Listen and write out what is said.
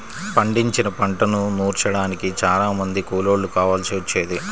పండించిన పంటను నూర్చడానికి చానా మంది కూలోళ్ళు కావాల్సి వచ్చేది